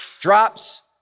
drops